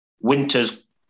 Winter's